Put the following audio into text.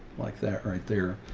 like that right there.